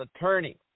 attorney